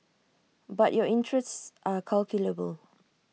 but your interests are calculable